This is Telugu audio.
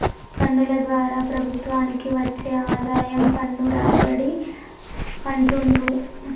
పన్నుల ద్వారా ప్రభుత్వానికి వచ్చే ఆదాయం పన్ను రాబడి అంటుండ్రు